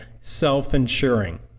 self-insuring